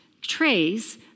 trays